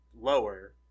lower